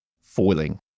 foiling